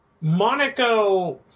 Monaco